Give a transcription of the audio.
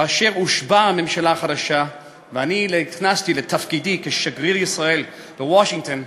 כאשר הושבעה הממשלה החדשה ואני נכנסתי לתפקידי כשגריר ישראל בוושינגטון,